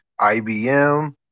IBM